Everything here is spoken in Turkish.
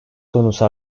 konusu